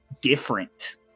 different